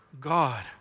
God